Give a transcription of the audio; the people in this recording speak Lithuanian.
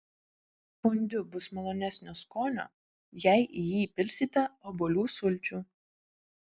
fondiu bus malonesnio skonio jei į jį įpilsite obuolių sulčių